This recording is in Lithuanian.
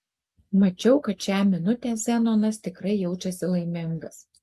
mačiau kad šią minutę zenonas tikrai jaučiasi laimingas